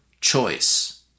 choice